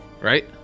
right